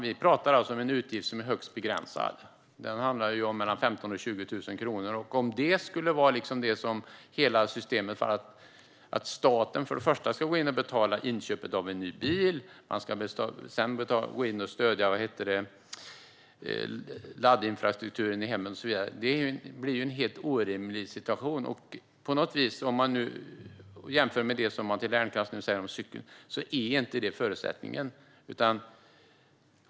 Vi talar om en högst begränsad utgift som landar på mellan 15 000 och 20 000 kronor. Det blir en helt orimlig situation om staten först ska gå in och betala inköpet av en ny bil och sedan stödja laddinfrastrukturen i hemmen och så vidare. Om man jämför med det som Matilda Ernkrans säger om cykel är det inte samma förutsättning.